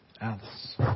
Alice